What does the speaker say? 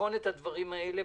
לבחון את הדברים האלה.